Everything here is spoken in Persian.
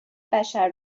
بشر